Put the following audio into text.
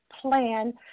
plan